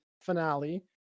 finale